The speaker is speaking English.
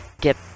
get